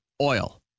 Oil